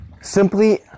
Simply